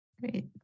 Great